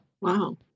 Wow